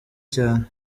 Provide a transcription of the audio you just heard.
cyane